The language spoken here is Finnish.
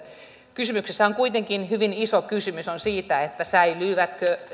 on kuitenkin hyvin iso kysymys siitä säilyvätkö